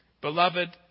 Beloved